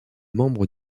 membre